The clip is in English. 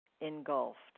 engulfed